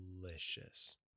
delicious